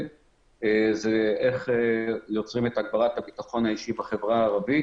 זה איך יוצרים את הגברת הביטחון האישי בחברה הערבית